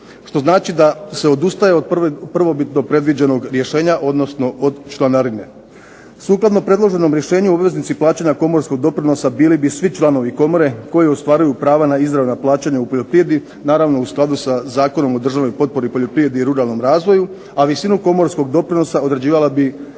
Što znači da se odustaje od prvobitno predviđenog rješenja o članarine. Sukladno predloženom rješenju obveznici plaćanja komorskog doprinosa bili bi svi članovi komore koji ostvaruju prava na izravna plaćanja ... naravno u skladu sa zakonom o državnoj potpori poljoprivredi i ruralnom razvoju, a visinu komorskog doprinosa određivala bi